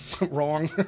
wrong